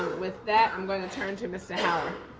um with that, i'm gonna turn to mr. holler.